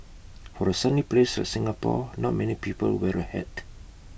for A sunny place of Singapore not many people wear A hat